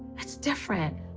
it's different.